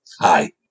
hi